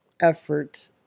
effort